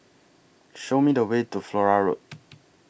Show Me The Way to Flora Road